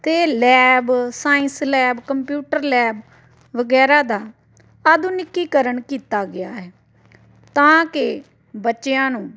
ਅਤੇ lab science lab computer lab ਵਗੈਰਾ ਦਾ ਆਧੁਨਿਕੀਕਰਨ ਕੀਤਾ ਗਿਆ ਹੈ ਤਾਂ ਕਿ ਬੱਚਿਆਂ ਨੂੰ